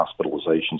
hospitalizations